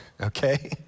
Okay